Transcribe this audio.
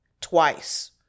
twice